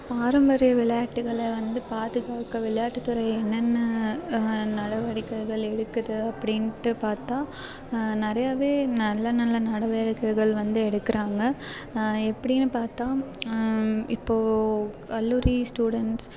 பாரம்பரிய விளையாட்டுகளை வந்து பாதுக்காக்க விளையாட்டுத்துறை என்னென்ன நடவடிக்கைகள் எடுக்குது அப்படின்ட்டு பார்த்தா நிறையவே நல்ல நல்ல நடவடிக்கைகள் வந்து எடுக்குறாங்க எப்படின்னு பார்த்தா இப்போது கல்லூரி ஸ்டூடண்ட்ஸ்